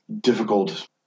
difficult